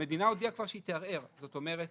המדינה הודיעה כבר שהיא תערער, זאת אומרת